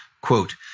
quote